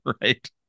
right